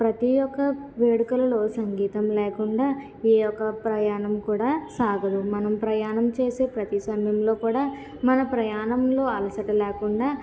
ప్రతి ఒక్క వేడుకలో సంగీతం లేకుండా ఏ ఒక్క ప్రయాణం కూడా సాగదు మనం ప్రయాణం చేసే ప్రతి సమయంలో కూడా మన ప్రయాణంలో అలసట లేకుండా